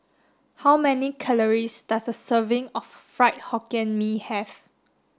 how many calories does a serving of Fried Hokkien Mee have